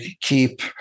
keep